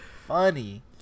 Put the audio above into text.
funny